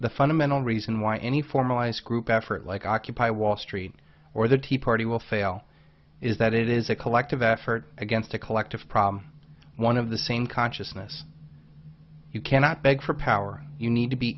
the fundamental reason why any formalized group effort like occupy wall street or the tea party will fail is that it is a collective effort against a collective problem one of the same consciousness you cannot beg for power you need to be